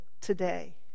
today